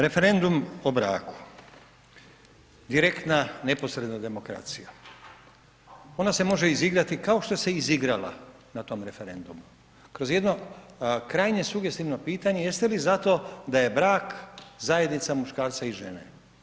Referendum o braku, direktna neposredna demokracija, ona se može izigrati kao što se i izigrala na tom referendumu kroz jedno krajnje sugestivno pitanje jeste li za to da je brak zajednica muškarca i žene.